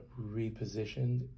repositioned